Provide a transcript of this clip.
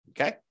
Okay